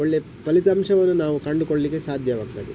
ಒಳ್ಳೆಯ ಫಲಿತಾಂಶವನ್ನು ನಾವು ಕಂಡುಕೊಳ್ಳಿಕ್ಕೆ ಸಾಧ್ಯವಾಗ್ತದೆ